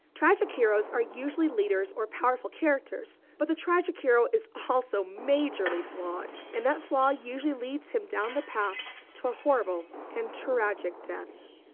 tragic heroes are usually leaders or powerful characters, but the tragic hero is also majorly flawed and that flaw usually leads him down the path to a horrible and tragic death.